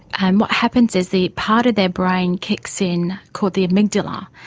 and what happens is the part of their brain kicks in called the amygdala,